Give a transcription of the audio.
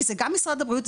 כי זה גם משרד הבריאות,